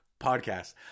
podcast